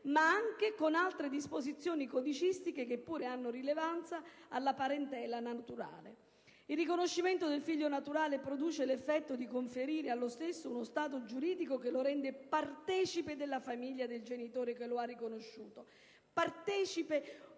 ma anche con altre disposizioni codicistiche, che pure danno rilevanza alla parentela naturale. Il riconoscimento del figlio naturale produce l'effetto di conferire allo stesso uno stato giuridico che lo rende partecipe della famiglia del genitore che lo ha riconosciuto